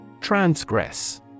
Transgress